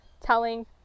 telling